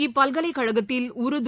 இப்பல்கலைக் கழகத்தில் உருது